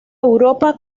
europa